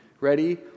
ready